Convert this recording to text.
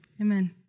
Amen